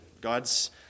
God's